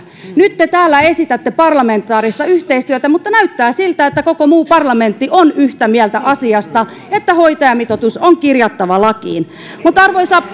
nyt te täällä esitätte parlamentaarista yhteistyötä mutta näyttää siltä että koko muu parlamentti on yhtä mieltä siitä asiasta että hoitajamitoitus on kirjattava lakiin arvoisa